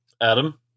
Adam